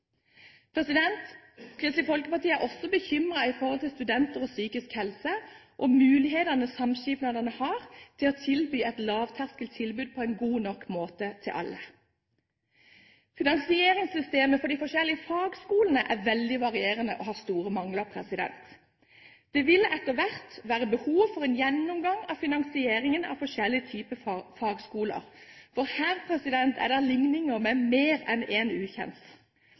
Kristelig Folkeparti er også bekymret når det gjelder studenter og psykisk helse – også mulighetene samskipnadene har til å tilby et lavterskeltilbud på en god nok måte til alle. Finansieringssystemet for de forskjellige fagskolene er veldig varierende og har store mangler. Det vil etter hvert være behov for en gjennomgang av finansieringen av forskjellige typer fagskoler, for her er det ligninger med mer enn